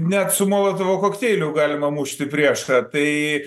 net su molotovo kokteiliu galima mušti priešą tai